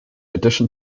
addition